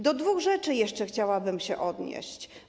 Do dwóch rzeczy jeszcze chciałabym się odnieść.